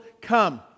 come